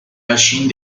machine